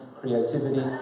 creativity